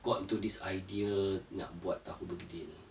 got to this idea nak buat tahu begedil